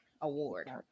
award